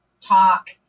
talk